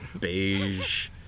beige